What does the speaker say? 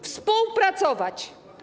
Współpracować.